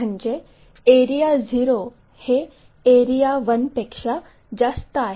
म्हणजे एरिया 0 हे एरिया 1 पेक्षा जास्त आहे